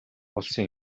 болсон